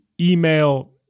email